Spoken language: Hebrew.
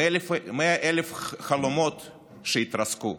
100,000 חלומות שהתרסקו.